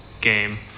game